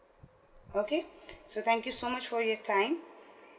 okay so thank you so much for your time